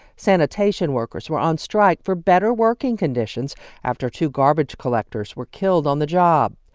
sanitation workers were on strike for better working conditions after two garbage collectors were killed on the job.